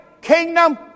kingdom